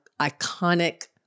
iconic –